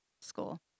school